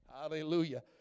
hallelujah